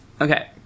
okay